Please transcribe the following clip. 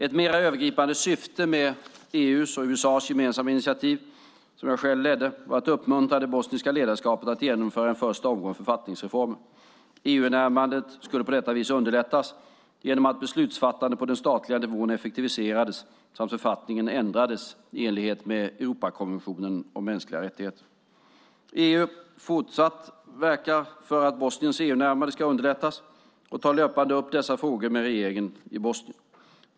Ett mer övergripande syfte med EU:s och USA:s gemensamma initiativ som jag själv ledde var att uppmuntra det bosniska ledarskapet att genomföra en första omgång författningsreformer. EU-närmandet skulle på detta vis underlättas genom att beslutsfattandet på den statliga nivån effektiviserades samt att författningen ändrades i enlighet med Europakonventionen om mänskliga rättigheter. EU verkar fortsatt för att Bosniens EU-närmande ska underlättas och tar löpande upp dessa frågor med regeringen i Bosnien.